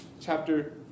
chapter